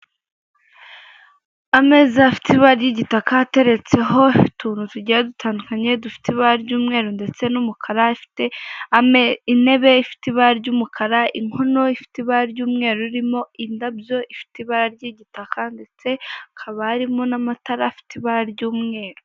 Ameza afite ibara ry'igitaka ateretseho utuntu tugiye dutandukanye, dufite ibara ry'umweru ndetse n'umukara, intebe ifite ibara ry'umukara, inkono ifite ibara ry'umweru irimo indabyo ifite ibara ry'igitaka, ndetse hakaba harimo n'amatara afite ibara ry'umweru.